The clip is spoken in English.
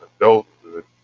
adulthood